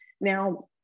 Now